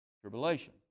tribulation